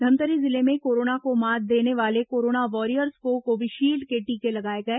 धमतरी जिले में कोरोना को मात देने वाले कोरोना वारियर्स को कोविशील्ड के टीके लगाए गए